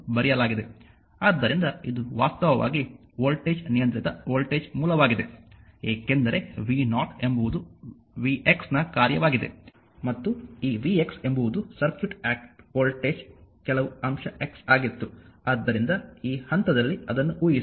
ಆದ್ದರಿಂದ ಇದು ವಾಸ್ತವವಾಗಿ ವೋಲ್ಟೇಜ್ ನಿಯಂತ್ರಿತ ವೋಲ್ಟೇಜ್ ಮೂಲವಾಗಿದೆ ಏಕೆಂದರೆ v0 ಎಂಬುದು vx ನ ಕಾರ್ಯವಾಗಿದೆ ಮತ್ತು ಈ vx ಎಂಬುದು ಸರ್ಕ್ಯೂಟ್ ಆಕ್ಟ್ನ ವೋಲ್ಟೇಜ್ ಕೆಲವು ಅಂಶ x ಆಗಿತ್ತು ಆದ್ದರಿಂದ ಈ ಹಂತದಲ್ಲಿ ಅದನ್ನು ಊಹಿಸಿ